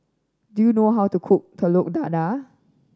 do you know how to cook Telur Dadah